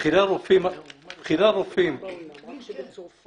בכירי הרופאים אמרו את זה.